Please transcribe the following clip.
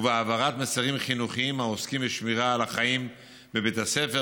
ובהעברת מסרים חינוכיים העוסקים בשמירה על החיים בבית הספר,